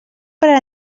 per